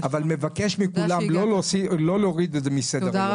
אבל מבקש מכולם לא להוריד את זה מסדר היום.